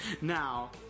Now